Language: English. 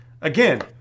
again